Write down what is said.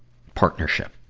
partnership.